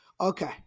Okay